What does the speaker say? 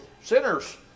sinners